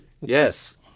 Yes